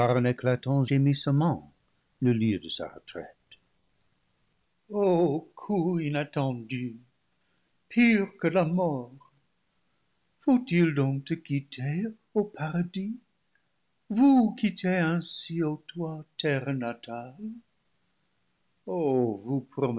un éclatant gémissement le lieu de sa retraite o coup inattendu pire que la mort faut-il donc te quitter ô paradis vous quitter ainsi ô toi terre natale ô vous